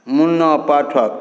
मुन्ना पाठक